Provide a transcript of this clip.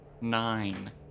Nine